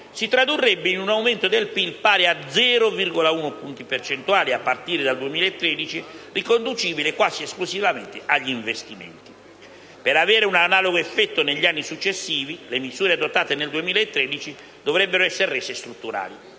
si tradurrebbe in un aumento del PIL pari a 0,1 punti percentuali a partire dal 2013 riconducibile quasi esclusivamente agli investimenti. Per avere un analogo effetto negli anni successivi le misure adottate nel 2013 dovrebbero esser rese strutturali.